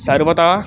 सर्वदा